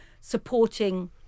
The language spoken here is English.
supporting